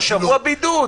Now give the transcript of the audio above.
שבוע בידוד,